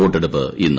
വോട്ടെടുപ്പ് ഇന്ന്